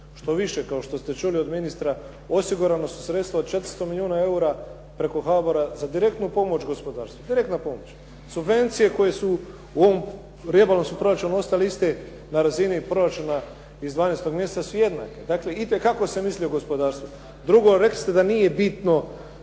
štoviše kao što ste čuli od ministra osigurana su sredstva od 400 milijuna eura preko HBOR-a za direktnu pomoć gospodarstvu. Direktna pomoć. Subvencije koje su u ovom rebalansu proračuna ostale iste na razini proračuna iz 12. mjeseca su jednake, dakle itekako se misli o gospodarstvu. Drugo, rekli ste da nije bitno